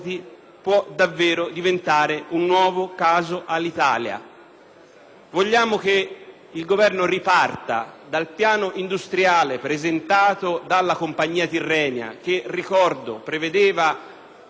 Vogliamo che il Governo riparta dal piano industriale presentato dalla compagnia Tirrenia, che - ricordo - prevedeva come obiettivo un processo di privatizzazione della compagnia, un risparmio